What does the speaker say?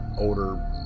older